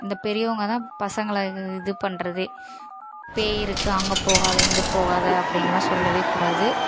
இந்த பெரியவங்க தான் பசங்களை இது பண்ணுறதே பேய் இருக்கு அங்கே போகாதே இங்கே போகாதே அப்படின்லாம் சொல்லவே கூடாது